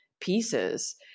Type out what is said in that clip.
pieces